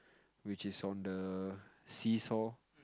which is on the seesaw